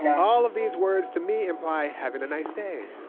all of these words to me imply having a nice day.